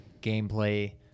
gameplay